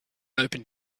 opened